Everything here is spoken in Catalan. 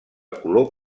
color